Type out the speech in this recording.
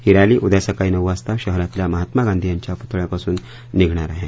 ही rally उद्या सकाळी नऊ वाजता शहरातल्या महात्मा गांधी यांच्या पुतळ्यापासून निघणार आहे